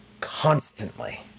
constantly